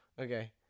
Okay